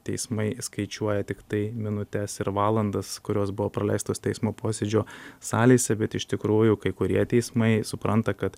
teismai skaičiuoja tiktai minutes ir valandas kurios buvo praleistos teismo posėdžio salėse bet iš tikrųjų kai kurie teismai supranta kad